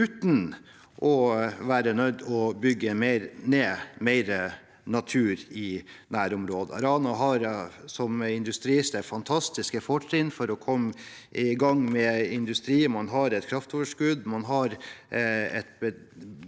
uten å være nødt til å bygge ned mer natur i nærområdet. Rana har som industristed fantastiske fortrinn for å komme i gang med industri. Man har et kraftoverskudd. Man har folk som er